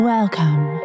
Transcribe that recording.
Welcome